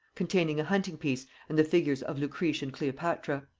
containing a hunting-piece and the figures of lucrece and cleopatra.